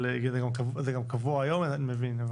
זה גם קבוע היום אני מבין.